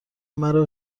مرا